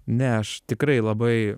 ne aš tikrai labai